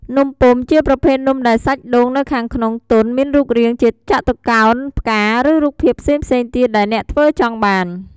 នំពុម្ពជាប្រភេទនំដែលសាច់ដូងនៅខាងក្នុង ទន់ មានរូបរាងជាចតុកោណ ផ្កាឬ រូបភាពផ្សេងៗទៀតដែលអ្នកធ្វើចង់បាន។